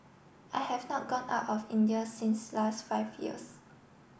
I have not gone out of India since last five years